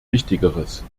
wichtigeres